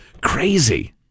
Crazy